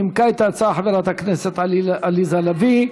נימקה את ההצעה חברת הכנסת עליזה לביא.